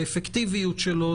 האפקטיביות שלו,